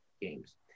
games